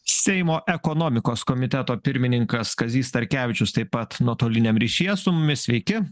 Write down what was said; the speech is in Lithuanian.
seimo ekonomikos komiteto pirmininkas kazys starkevičius taip pat nuotoliniam ryšyje su mumis sveiki